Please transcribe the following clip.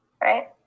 Right